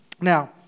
Now